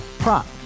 Prop